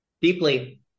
deeply